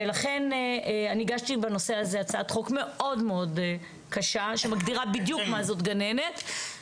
לכן הגשתי בנושא הזה הצעת חוק מאוד קשה שמגדירה בדיוק מה זאת גננת.